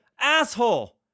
asshole